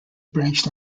branch